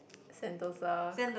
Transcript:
sentosa